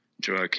Drug